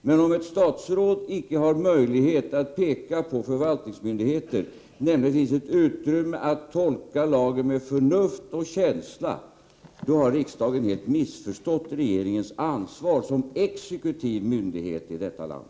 Men om ett statsråd icke har möjlighet att för förvaltningsmyndigheter peka på ett utrymme att tolka lagen med förnuft och känsla, har riksdagen helt missförstått regeringens ansvar som exekutiv myndighet i detta land.